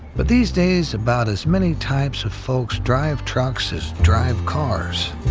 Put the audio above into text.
but these days about as many types of folks drive trucks as drive cars.